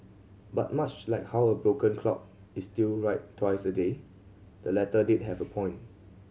but much like how a broken clock is still right twice a day the letter did have a point